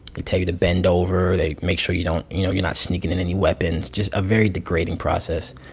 they tell you to bend over. they make sure you don't, you know, you're not sneaking in any weapons, just a very degrading process.